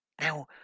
Now